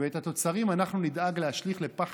את התוצרים אנחנו נדאג להשליך לפח